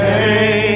Hey